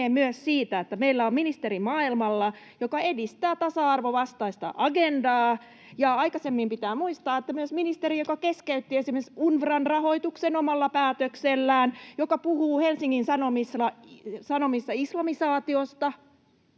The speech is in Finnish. meillä on maailmalla ministeri, joka edistää tasa-arvovastaista agendaa, ja — pitää muistaa — myös ministeri, joka aikaisemmin keskeytti esimerkiksi UNRWAn rahoituksen omalla päätöksellään ja joka puhuu Helsingin Sanomissa islamisaatiosta.